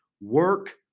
Work